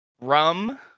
Rum